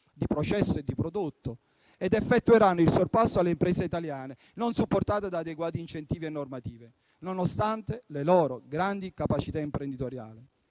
di processo e prodotto ed effettueranno il sorpasso delle imprese italiane, non supportate da adeguati incentivi e normative, nonostante le loro grandi capacità imprenditoriali.